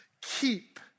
Keep